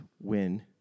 win